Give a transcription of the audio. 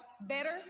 better